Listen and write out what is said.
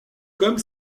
comme